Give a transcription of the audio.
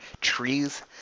trees